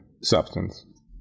substance